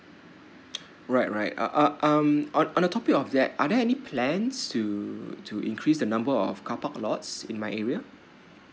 right right uh uh um on on the topic of that are there any plans to to increase the number of carpark lots in my area